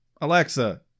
Alexa